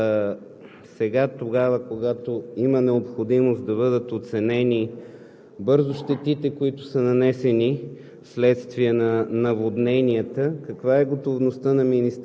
Уважаеми господин Министър, моят въпрос към Вас е: сега, когато има необходимост да бъдат оценени бързо щетите, които са нанесени